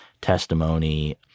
testimony